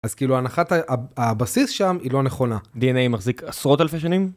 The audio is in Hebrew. אז כאילו הנחת, הבסיס שם היא לא נכונה. DNA מחזיק עשרות אלפי שנים?